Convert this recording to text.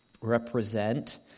represent